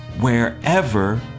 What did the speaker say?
wherever